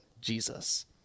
Jesus